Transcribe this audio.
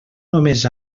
només